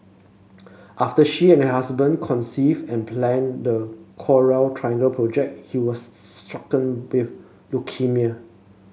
after she and her husband conceived and planned the Coral Triangle project he was stricken with leukaemia